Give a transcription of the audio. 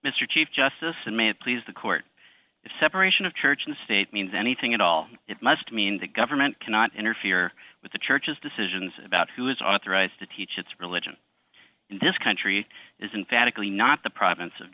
mr chief justice and may it please the court if separation of church and state means anything at all it must mean that government cannot interfere with the church's decisions about who is authorized to teach its religion in this country is in fact a cli not the province of